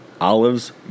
Olives